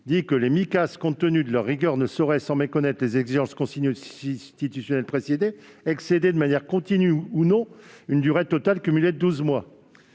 que les Micas, compte tenu de leur rigueur, ne sauraient, « sans méconnaître les exigences constitutionnelles précitées, excéder, de manière continue ou non, une durée totale cumulée de douze mois